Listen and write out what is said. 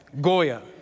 Goya